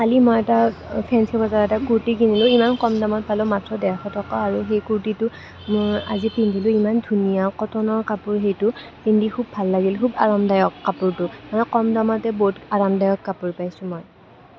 কালি মই এটা ফেন্সী বজাৰত এটা কূৰ্তি কিনিলোঁ ইমান কম দামত পালোঁ মাথো ডেৰশ টকা আৰু সেই কূৰ্তিটো আজি পিন্ধিলোঁ ইমান ধুনীয়া কটনৰ কাপোৰ সেইটো পিন্ধি খুব ভাল লাগিল খুব আৰামদায়ক কাপোৰটো কম দামতে বহুত আৰামদায়ক কাপোৰ পাইছোঁ মই